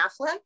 Affleck